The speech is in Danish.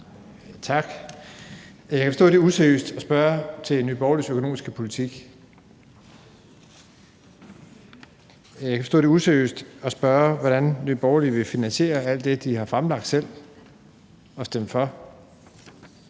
Tak. Jeg kan forstå, det er useriøst at spørge til Nye Borgerliges økonomiske politik. Jeg kan forstå, det er useriøst at spørge, hvordan Nye Borgerlige vil finansiere alt det, de har fremlagt selv og stemt for.